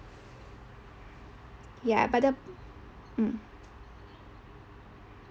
ya but the um